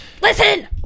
Listen